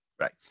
Right